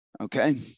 Okay